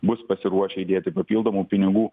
bus pasiruošę įdėti papildomų pinigų